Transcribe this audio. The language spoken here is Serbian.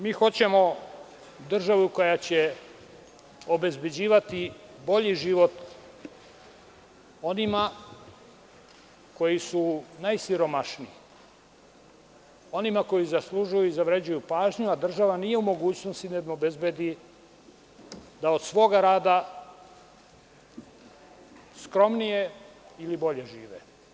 Mi hoćemo državu koja će obezbeđivati bolji život onima koji su najsiromašniji, onima koji zaslužuju i zavređuju pažnju, a država nije u mogućnosti da im obezbedi da od svoga rada skromnije ili bolje žive.